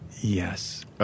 Yes